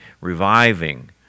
reviving